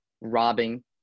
robbing